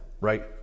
Right